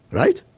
right?